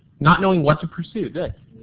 not knowing what to pursue.